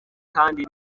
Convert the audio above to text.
kandi